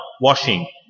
washing